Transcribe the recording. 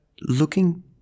looking